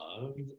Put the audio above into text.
loved